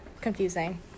confusing